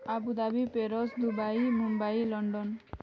Abu Dhabi Paris Dubai Mumbai London